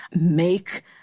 make